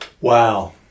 Wow